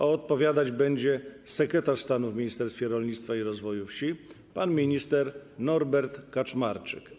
Odpowiadać będzie sekretarz stanu w Ministerstwie Rolnictwa i Rozwoju Wsi pan minister Norbert Kaczmarczyk.